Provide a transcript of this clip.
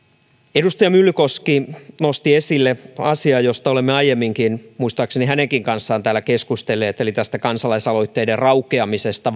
edustaja myllykoski nosti esille asian josta olemme aiemminkin muistaakseni hänenkin kanssaan täällä keskustelleet eli tästä kansalaisaloitteiden raukeamisesta